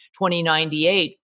2098